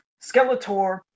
Skeletor